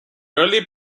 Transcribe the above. early